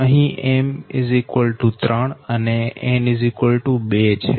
અહી m 3 અને n 2 છે